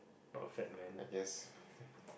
or fat man